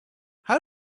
how